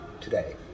today